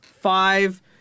Five